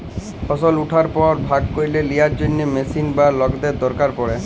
ফসল উঠার পর ভাগ ক্যইরে লিয়ার জ্যনহে মেশিলের বা লকদের দরকার পড়ে